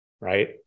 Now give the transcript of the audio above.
right